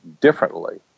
differently